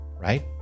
right